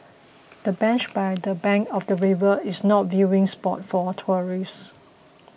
the bench by the bank of the river is not viewing spot for tourists